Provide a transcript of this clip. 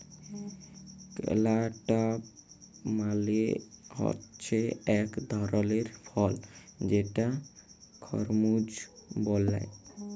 cantaloupe মালে হছে ইক ধরলের ফল যেটাকে খরমুজ ব্যলে